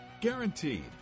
Guaranteed